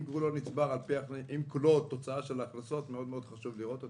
אם כולו תוצאה של ההכנסות אז חשוב מאוד לראות אותן.